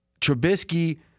Trubisky